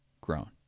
grown